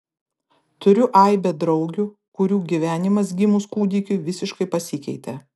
turiu aibę draugių kurių gyvenimas gimus kūdikiui visiškai pasikeitė